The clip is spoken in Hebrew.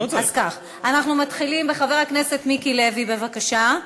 אז כך, אנחנו מתחילים בחבר הכנסת מיקי לוי, בבקשה.